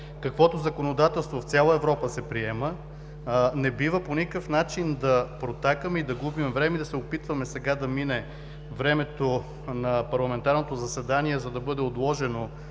каквото законодателство се приема в цяла Европа, не бива по никакъв начин да протакаме и да губим време и да се опитваме сега да мине времето на пленарното заседание, за да бъде отложено